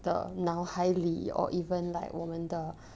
的脑海里 or even like 我们的